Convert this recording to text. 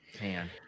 Man